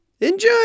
Enjoy